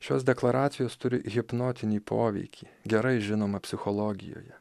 šios deklaracijos turi hipnotinį poveikį gerai žinomą psichologijoje